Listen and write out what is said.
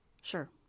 Sure